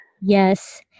Yes